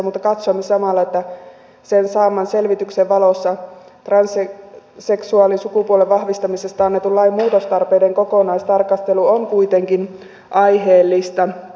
mutta katsoimme samalla että sen saaman selvityksen valossa transseksuaalin sukupuolen vahvistamisesta annetun lain muutostarpeiden kokonaistarkastelu on kuitenkin aiheellista